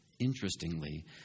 interestingly